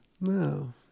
No